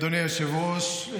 אדוני היושב-ראש,